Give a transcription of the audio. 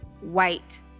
white